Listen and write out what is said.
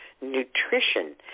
nutrition